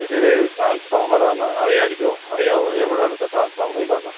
ചേച്ചി ഇത് ഏത് ട്രാൻസ്ഫോർമർ ആണെന്ന് അറിയാമായിരിക്കുമോ അറിയാമോ എവിടെ അടുത്ത ട്രാൻസ്ഫോർമർ ഏതാണെന്ന്